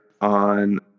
on